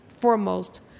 foremost